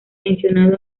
mencionado